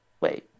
wait